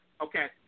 okay